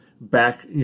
back